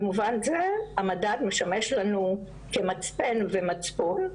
במובן זה המדד משמש לנו כמצפן ומצפון,